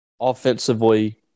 offensively